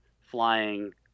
flying